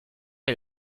est